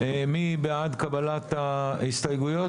מי בעד קבלת ההסתייגויות?